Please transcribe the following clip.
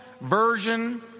version